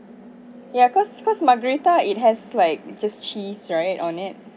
ya cause cause margarita it has like just cheese right on it